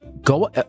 go